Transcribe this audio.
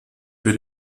für